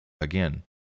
again